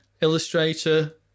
Illustrator